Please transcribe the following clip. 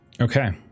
Okay